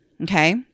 Okay